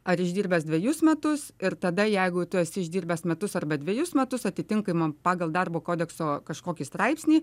ar išdirbęs dvejus metus ir tada jeigu tu esi išdirbęs metus arba dvejus metus atitinkamo pagal darbo kodekso kažkokį straipsnį